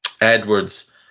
Edwards